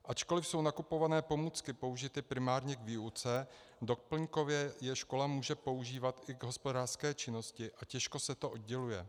Ačkoliv jsou nakupované pomůcky použity primárně k výuce, doplňkově je škola může používat i k hospodářské činnosti a těžko se to odděluje.